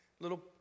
Little